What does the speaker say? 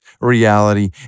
reality